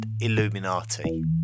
Illuminati